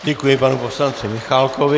Děkuji panu poslanci Michálkovi.